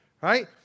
right